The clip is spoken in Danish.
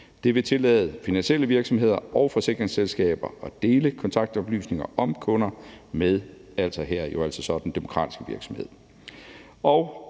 Det vil tillade finansielle virksomheder og forsikringsselskaber at dele kontaktoplysninger om kunder med den demokratiske virksomhed,